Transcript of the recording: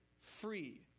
free